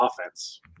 offense